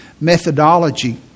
methodology